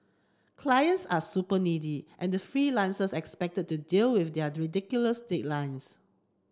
clients are super needy and freelancers are expect to deal with ridiculous deadlines